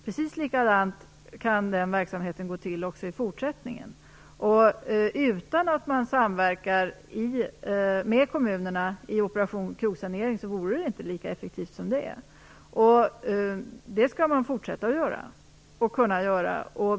Precis likadant kan den verksamheten gå till också i fortsättningen, men utan en samverkan med kommunerna i Operation krogsanering vore det inte lika effektivt. Det skall man fortsätta att göra, och även kunna göra.